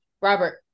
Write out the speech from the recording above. robert